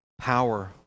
power